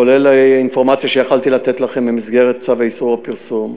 כולל אינפורמציה שיכולתי לתת לכם במסגרת צו איסור הפרסום,